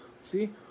See